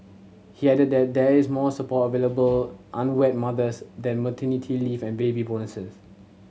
he added that there is more support available unwed mothers than maternity leave and baby bonuses